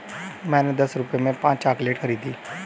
मैंने दस रुपए में पांच चॉकलेट खरीदी